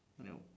no